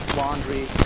laundry